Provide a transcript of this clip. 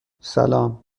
سلام